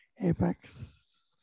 Apex